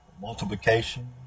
multiplication